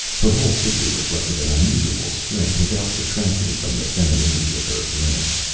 her whole figure reflected an unusual strength, without detracting from the femininity of her appearance.